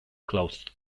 closed